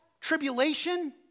tribulation